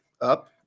up